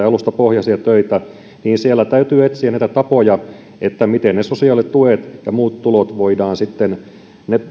alustapohjaisia töitä täytyy etsiä näitä tapoja miten sosiaalituet ja muut tulot voidaan sitten